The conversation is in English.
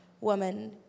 woman